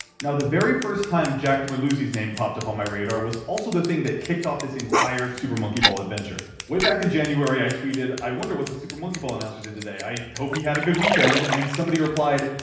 now, the very first time jack merluzzi's name popped up on my radar was also the thing that kicked off this entire super monkey ball adventure. way back in january, i tweeted i wonder what the super monkey ball announcer did today. i hope he had a good weekend. and somebody replied,